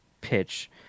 pitch